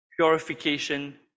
purification